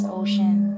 ocean